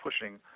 pushing